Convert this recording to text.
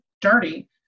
dirty